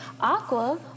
Aqua